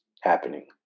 happening